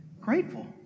grateful